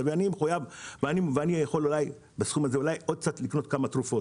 אני לא יכול להעלות את המונה אפילו באגורה בלי משרד התחבורה.